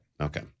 Okay